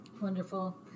Wonderful